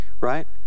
right